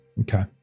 Okay